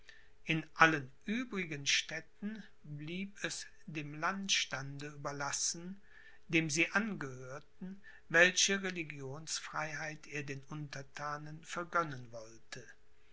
in allen übrigen städten blieb es dem landstande überlassen dem sie angehörten welche religionsfreiheit er den unterthanen vergönnen wollte